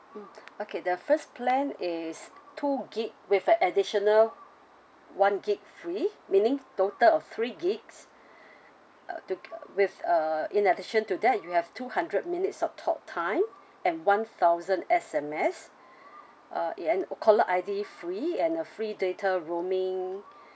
mm okay the first plan is two gig with an additional one gig free meaning total of three gigs uh two uh with uh in addition to that you have two hundred minutes of talk time and one thousand S_M_S uh and caller I_D free and a free data roaming